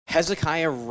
Hezekiah